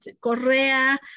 Correa